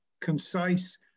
concise